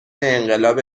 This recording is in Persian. انقلاب